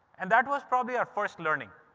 and that was probably our first learning.